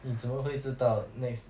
你怎么会知道 next